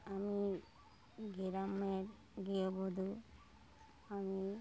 আমি গ্রামের গৃহবধূ আমি